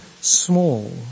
small